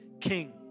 King